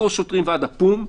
מקורס שוטרים ועד הפו"ם,